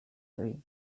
three